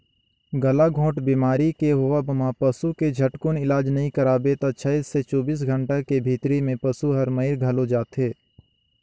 गलाघोंट बेमारी के होवब म पसू के झटकुन इलाज नई कराबे त छै से चौबीस घंटा के भीतरी में पसु हर मइर घलो जाथे